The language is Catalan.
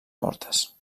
mortes